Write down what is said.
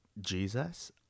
Jesus